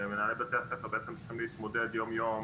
מנהלי בתי הספר בעצם צריכים להתמודד יום יום